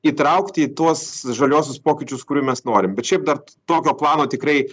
įtraukti į tuos žaliuosius pokyčius kurių mes norim bet šiaip dar tokio plano tikrai